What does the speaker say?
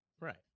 Right